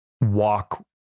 walk